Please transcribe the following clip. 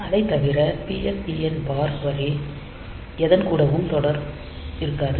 அதை தவிர PSEN பார் வரி எதன் கூடவும் தொடர் இருக்காது